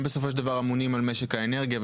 הם בסופו של דבר אמונים על משק האנרגיה.